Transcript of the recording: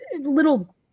little